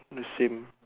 the same